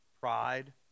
pride